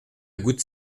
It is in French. goutte